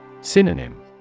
Synonym